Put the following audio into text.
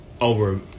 over